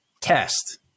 test